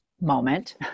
moment